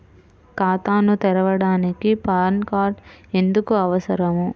ఖాతాను తెరవడానికి PAN card ఎందుకు అవసరము?